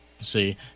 see